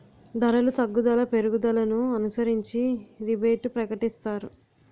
ధరలు తగ్గుదల పెరుగుదలను అనుసరించి రిబేటు ప్రకటిస్తారు